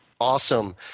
Awesome